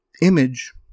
image